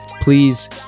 please